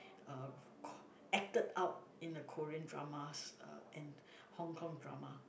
uh Ko~ acted out in a Korean dramas uh and Hong-Kong drama